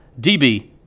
DB